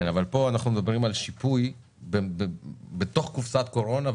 אבל פה אנחנו מדברים על שיפוי בתוך קופסת קורונה,